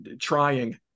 trying